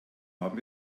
haben